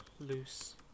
Loose